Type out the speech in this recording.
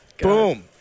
Boom